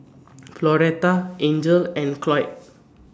Floretta Angel and Cloyd